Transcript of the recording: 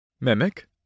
Mimic